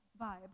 vibe